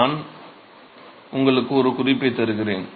நான் உங்களுக்கு ஒரு குறிப்பைத் தருகிறேன்